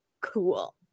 cool